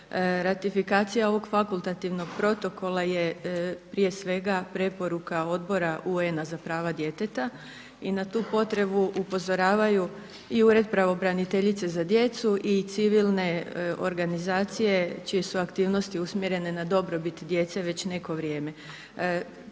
Ratifikacija ovog fakultativnog protokola je prije svega preporuka Obora UN-a za prava djeteta i na tu potrebu upozoravaju i Ured pravobraniteljice za djecu i civilne organizacije čije su aktivnosti usmjerene na dobrobit djece već neko vrijeme.